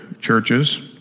churches